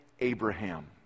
Abraham